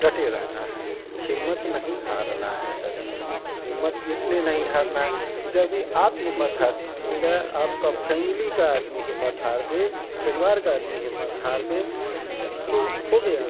डटे रहना है हिम्मत नहीं हारना है कभी हिम्मत इस लिए नहीं हारना है जब ये आप हिम्मत हार दीजिएगा आपका फैमिली का आदमी हिम्मत हार दे परिवार का आदमी हिम्मत हार दे तो हो गया